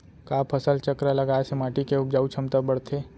का फसल चक्र लगाय से माटी के उपजाऊ क्षमता बढ़थे?